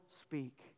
speak